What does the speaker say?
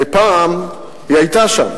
הרי פעם היא היתה שם.